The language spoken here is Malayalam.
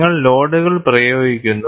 നിങ്ങൾ ലോഡുകൾ പ്രയോഗിക്കുന്നു